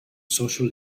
social